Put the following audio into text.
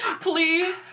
Please